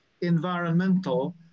environmental